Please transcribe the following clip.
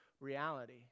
reality